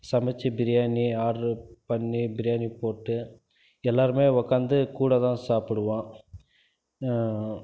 சமைத்து பிரியாணி ஆட்ரு பண்ணி பிரியாணி போட்டு எல்லாேருமே உட்காந்து கூட தான் சாப்பிடுவோம்